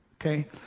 okay